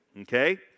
Okay